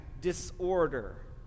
disorder